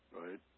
right